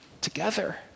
together